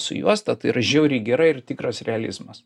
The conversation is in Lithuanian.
su juosta tai yra žiauriai gerai ir tikras realizmas